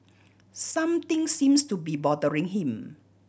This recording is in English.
something seems to be bothering him